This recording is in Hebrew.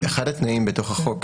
אחד התנאים בתוך החוק,